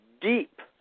deep